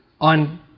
on